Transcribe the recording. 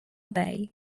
bay